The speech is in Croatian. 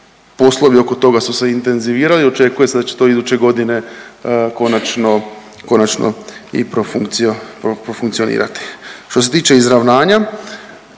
poslovi oko toga su se intenzivirali. Očekuje se da će to iduće godine konačno i profunkcionirati. Što se tiče izravnanja